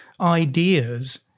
ideas